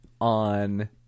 on